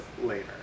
later